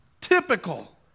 typical